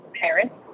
parents